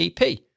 EP